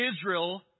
Israel